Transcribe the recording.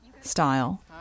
style